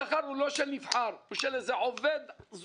השכר הוא לא של נבחר אלא של עובד זוטר.